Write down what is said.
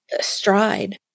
stride